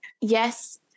yes